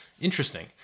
interesting